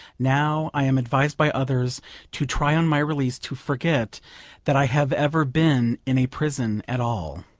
now i am advised by others to try on my release to forget that i have ever been in a prison at all.